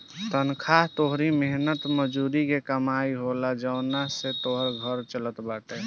तनखा तोहरी मेहनत मजूरी के कमाई होला जवना से तोहार घर चलत बाटे